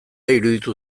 iruditu